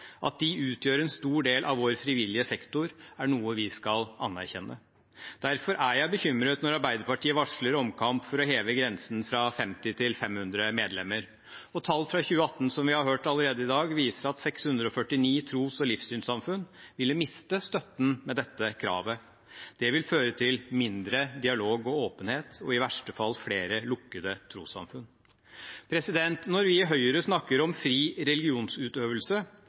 At de utgjør en stor del av vår frivillige sektor, er noe vi skal anerkjenne. Derfor er jeg bekymret når Arbeiderpartiet varsler omkamp for å heve grensen fra 50 til 500 medlemmer. Tall fra 2018 viser, som vi har hørt allerede i dag, at 649 tros- og livssynssamfunn ville mistet støtten med dette kravet. Det vil føre til mindre dialog og åpenhet og i verste fall flere lukkede trossamfunn. Når vi i Høyre snakker om fri religionsutøvelse,